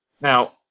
Now